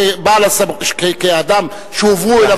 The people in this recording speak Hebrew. כאדם שהועברו אליו הסמכויות,